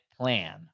plan